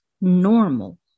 normal